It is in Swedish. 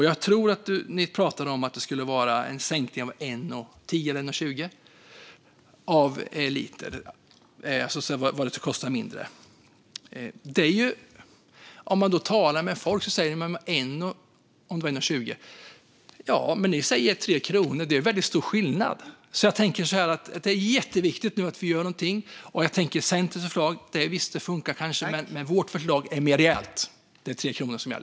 Jag tror att ni pratade om en sänkning på 1,10 eller 1,20 per liter. Folk man talar med säger: De säger 1,20, men ni säger 3 kronor. Det är väldigt stor skillnad. Det är jätteviktigt att vi gör någonting nu. Centerns förslag fungerar kanske. Men vårt förslag är mer rejält. Det är 3 kronor som gäller.